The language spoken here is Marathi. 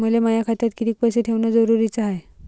मले माया खात्यात कितीक पैसे ठेवण जरुरीच हाय?